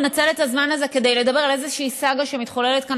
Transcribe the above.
לנצל את הזמן הזה כדי לדבר על איזושהי סאגה שמתחוללת כאן